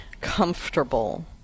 comfortable